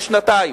לשנתיים.